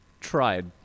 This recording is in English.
tried